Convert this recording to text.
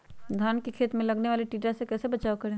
धान के खेत मे लगने वाले टिड्डा से कैसे बचाओ करें?